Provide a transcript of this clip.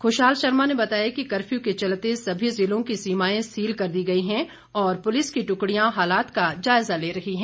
खुशहाल शर्मा ने बताया कर्फ्यू के चलते सभी जिलों की सीमाएं सील कर दी गई हैं और पुलिस की टुकड़ियां हालात का जायजा ले रही है